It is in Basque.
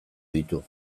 ditu